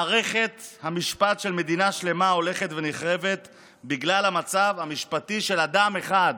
מערכת המשפט של מדינה שלמה הולכת ונחרבת בגלל המצב המשפטי של אדם אחד,